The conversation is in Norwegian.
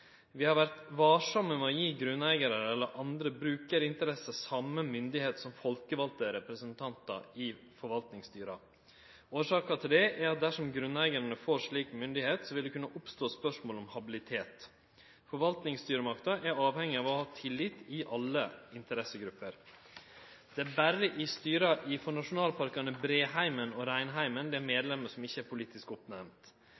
Vi har vore varsame med å gje grunneigarar eller andre brukarinteresser same mynde som folkevalde representantar i forvaltningsstyra. Årsaka til det er at dersom grunneigarar får slik mynde, vil det kunne oppstå spørsmål om habilitet. Forvaltningsstyresmakta er avhengig av å ha tillit i alle interessegrupper. Det er berre i styra for nasjonalparkane Breheimen og Reinheimen det er